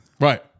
Right